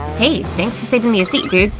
hey, thanks for saving me a seat, dude.